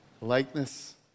likeness